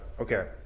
Okay